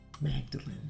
Magdalene